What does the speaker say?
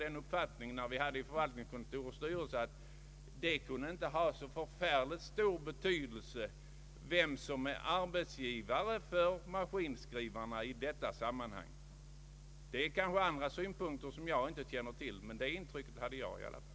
Han hade begärt ordet tidigare, men han har sedan måst resa härifrån.